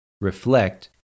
reflect